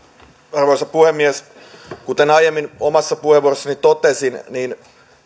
arvoisa puhemies kuten aiemmin omassa puheenvuorossani totesin niin